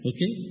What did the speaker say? Okay